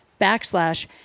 backslash